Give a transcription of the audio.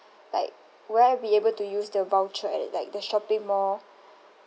like will I be able to use the voucher at like the shopping mall